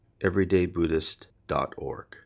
everydaybuddhist.org